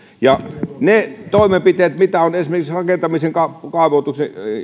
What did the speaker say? ne toimenpiteet mitä on esimerkiksi rakentamisen ja kaavoittamisen